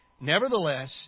Nevertheless